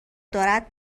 دارد